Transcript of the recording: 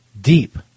deep